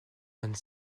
vingt